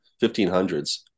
1500s